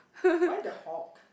why the Hulk